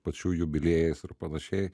pačių jubiliejais ir panašiai